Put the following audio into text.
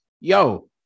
yo